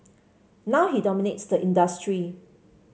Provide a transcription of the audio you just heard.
now he dominates the industry